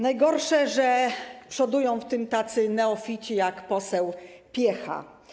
Najgorsze, że przodują w tym tacy neofici jak poseł Piecha.